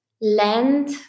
land